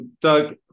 Doug